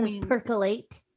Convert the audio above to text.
Percolate